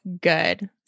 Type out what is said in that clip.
good